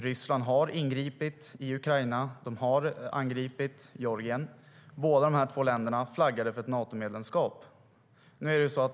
Ryssland har ingripit i Ukraina. Ryssland har angripit Georgien. Båda dessa senare länder flaggade för ett Natomedlemskap.